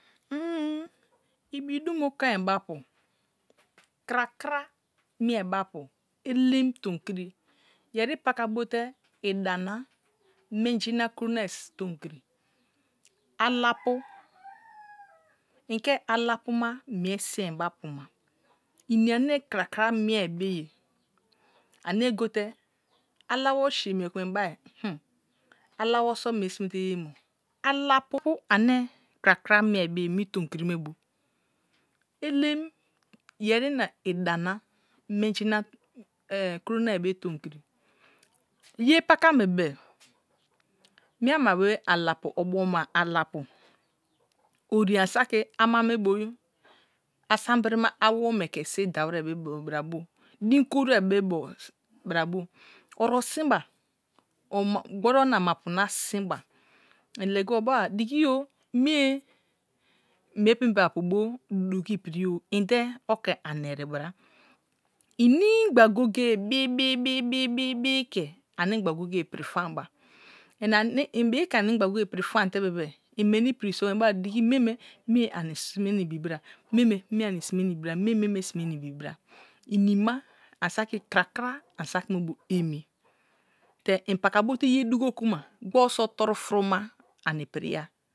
Hmm ibi dumo koai be apu krakra mie be̱ apu elem tomkon yeri pakabote idana menji na kuro nai toukri alapu mke alapuna mie si̱n be apu mer ini ane koakta mie be ye ame gote alawo si mie ku ma inbai hmm alawo so̱ mie simete ye mie akpu ane kra kra mie be ye mi tonteri me bu elem yen na edana menji un kruro nai be tonkiri ye pakam bebe minima be alapu obuama alapre oti anisutri ama me bo asambinima awome the sibi dawire be bo brabu din horké be bu bra bas ors sinba ghorno na ma pru na sin ba in legiba obe wa dingi o miye mie pembe apu bo dugo epriyeo inde oke an eribor unigou goye goje bi bi bi bi bi bi bi ke anigba goye goye prie fanba ibi ke ani gba goye goye pri famte bebe imeni pri so unbewa dig, mie me mre ani sime ai bi bra mue me mie an sinne nivoi bra ini ma ani saki krakra ani saki emi te in paka bo te ye dugo kuma gboso toru furuma ani pri ya.